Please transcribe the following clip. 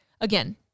Again